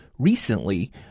Recently